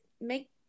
make